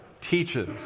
teaches